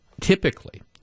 typically